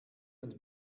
und